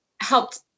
helped